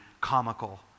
comical